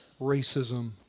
racism